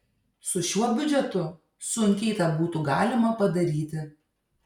su šiuo biudžetu sunkiai tą būtų galima padaryti